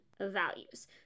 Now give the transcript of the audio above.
values